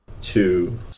Two